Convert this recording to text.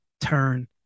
turn